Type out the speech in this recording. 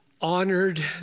honored